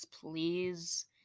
Please